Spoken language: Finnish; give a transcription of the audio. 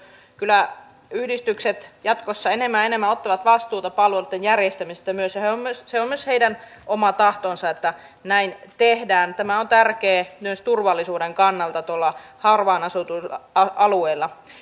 kyläyhdistykset jatkossa enemmän ja enemmän ottavat vastuuta palveluitten järjestämisestä se on myös heidän oma tahtonsa että näin tehdään tämä on tärkeää myös turvallisuuden kannalta tuolla harvaan asutuilla alueilla